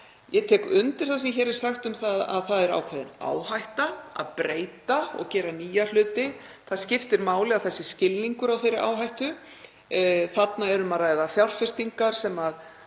Ég tek undir það sem hér er sagt um að það er ákveðin áhætta að breyta og gera nýja hluti. Það skiptir máli að skilningur sé á þeirri áhættu. Þarna er um að ræða fjárfestingar sem